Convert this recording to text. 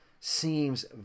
seems